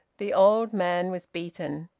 the old man was beaten.